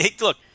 look